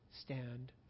Stand